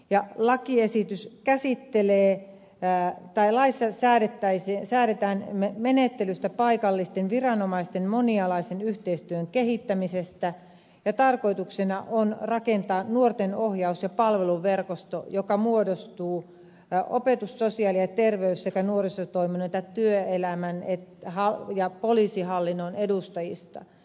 ja lakiesitys käsittelee pää tai laissa säädetään menettelystä paikallisten viranomaisten monialaisen yhteistyön kehittämiseksi ja tarkoituksena on rakentaa nuorten ohjaus ja palveluverkosto joka muodostuu opetus sosiaali ja terveys ja nuorisotoimen sekä työ ja poliisihallinnon edustajista